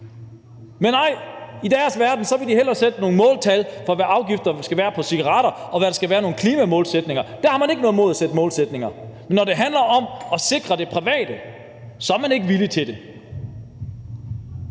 Men nej, i deres verden vil de hellere sætte nogle måltal for, hvad afgifterne skal være på cigaretter, og at der skal være nogle klimamålsætninger, for der har man ikke noget imod at sætte målsætninger op. Men når det handler om at sikre det private, er man ikke villig til det.